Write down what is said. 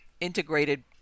integrated